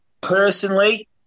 personally